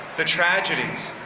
the tragedies,